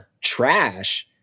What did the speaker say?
trash